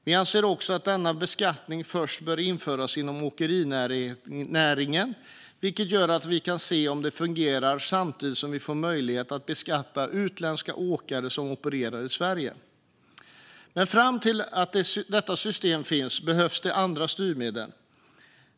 Vi anser också att denna beskattning först bör införas inom åkerinäringen, vilket gör att vi kan se om det fungerar samtidigt som vi får möjlighet att beskatta utländska åkare som opererar i Sverige. Men fram till att detta system finns behövs det andra styrmedel.